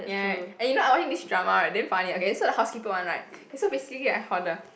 ya and you know I watching this drama right damn funny okay so the housekeeper one right so basically right like how the